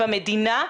במדינה.